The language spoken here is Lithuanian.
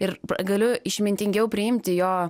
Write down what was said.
ir galiu išmintingiau priimti jo